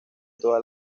todas